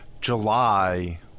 July